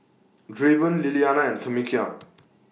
Draven Lilianna and Tamekia